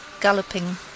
galloping